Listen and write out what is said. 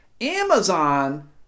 Amazon